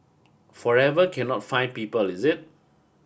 forever cannot find people is it